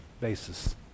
basis